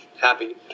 happy